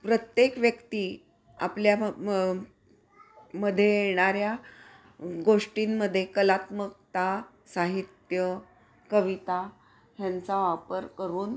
प्रत्येक व्यक्ती आपल्या म मध्ये येणाऱ्या गोष्टींमध्ये कलात्मकता साहित्य कविता ह्यांचा वापर करून